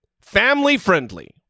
family-friendly